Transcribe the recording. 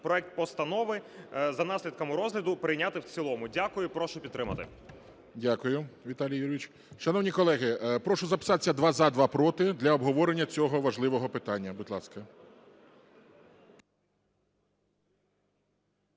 проект постанови за наслідками розгляду прийняти в цілому. Дякую. Прошу підтримати. ГОЛОВУЮЧИЙ. Дякую, Віталій Юрійович. Шановні колеги, прошу записатися: два – за, два – проти, для обговорення цього важливого питання, будь ласка.